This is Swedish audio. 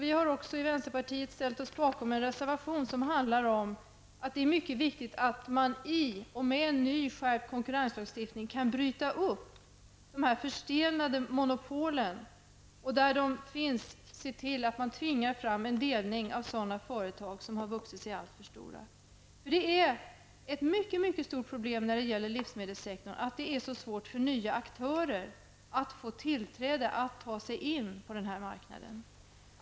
Vi har i vänsterpartiet ställt oss bakom en reservation som handlar om att det är mycket viktigt att man i och med en ny skärpt konkurrenslagstiftning kan bryta upp de förstenade monopolen och se till att man tvingar fram en delning av företag som har vuxit sig alltför stora. Ett mycket stort problem när det gäller livsmedelssektorn är att det är så svårt för nya aktörer att få tillträde till och ta sig in på marknaden.